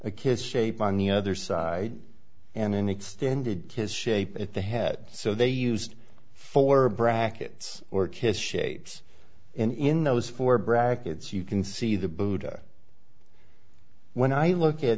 a kid's shape on the other side and an extended his shape at the head so they used for brackets or kiss shapes in those four brackets you can see the buddha when i look at